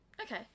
okay